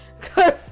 Cause